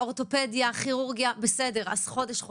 אורתופדיה, כירורגיה, בסדר אז חודש, חודשיים.